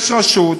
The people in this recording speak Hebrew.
יש רשות.